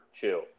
chill